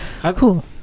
Cool